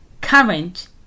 current